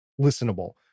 listenable